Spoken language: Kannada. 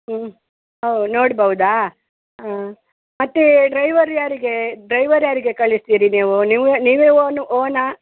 ಹ್ಞೂ ಓ ನೋಡ್ಬೌದ ಹಾಂ ಮತ್ತು ಡ್ರೈವರು ಯಾರಿಗೇ ಡ್ರೈವರ್ ಯಾರಿಗೆ ಕಳಿಸ್ತೀರಿ ನೀವು ನೀವು ನೀವೆ ಓನು ಓನಾ